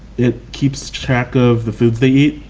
it keeps track of the foods they eat.